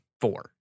four